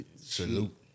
salute